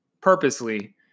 purposely